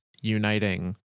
uniting